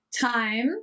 time